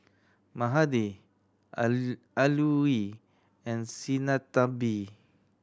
mahade Alluri and Sinnathamby